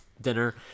dinner